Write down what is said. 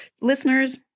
Listeners